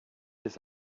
does